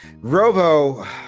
robo